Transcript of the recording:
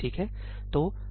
ठीक है